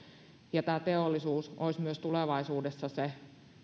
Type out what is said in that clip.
ja teollisuus olisi myös tulevaisuudessa se